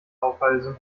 aufhalsen